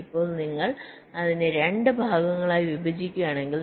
ഇപ്പോൾ നിങ്ങൾ അതിനെ 2 ഭാഗങ്ങളായി വിഭജിക്കുകയാണെങ്കിൽ